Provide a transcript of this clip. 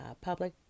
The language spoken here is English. public